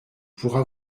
pourra